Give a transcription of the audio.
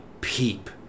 peep